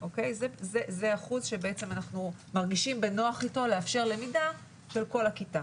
זה אחוז שאנחנו מרגישים בנוח איתו לאפשר למידה של כל הכיתה.